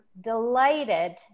delighted